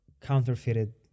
counterfeited